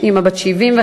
ואימא בת 75,